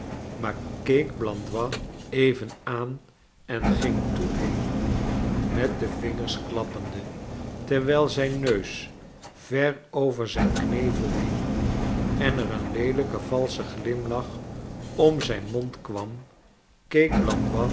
maar keek bland ois even aan en ging toen heen met de vingers klappende terwijl zijn neus ver over zijn knevel hing en er een leelijke valsche glimlach om zijn mond kwam